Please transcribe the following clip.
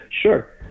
Sure